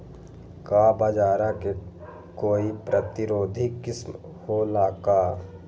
का बाजरा के कोई प्रतिरोधी किस्म हो ला का?